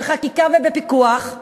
בחקיקה ובפיקוח.